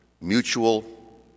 mutual